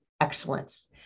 excellence